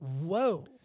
whoa